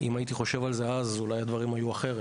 אם הייתי חושב על זה אז, אולי הדברים היו אחרת.